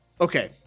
Okay